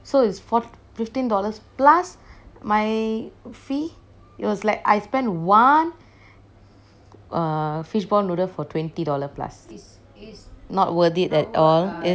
so is four~ fifteen dollars plus my fee it was like I spend one err fishball noodle for twenty dollar plus is not worth it at all